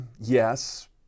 yes